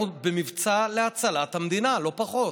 אנחנו במבצע להצלת המדינה, לא פחות.